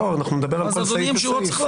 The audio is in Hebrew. לא, אנחנו נדבר על כל סעיף וסעיף.